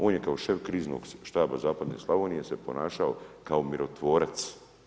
On je kao šef kriznog štaba zapadne Slavonije se ponašao kao mirotvorac.